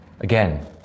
Again